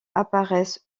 apparaissent